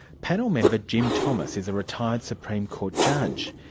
panel member jim thomas is a retired supreme court judge.